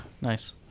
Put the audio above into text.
Nice